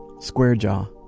square jaw.